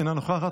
אינה נוכחת,